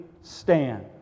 stand